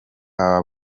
aba